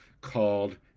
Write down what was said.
called